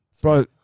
Bro